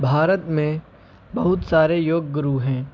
بھارت میں بہت سارے یوگ گرو ہیں